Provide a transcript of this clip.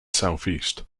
southeast